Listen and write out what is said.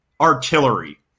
Artillery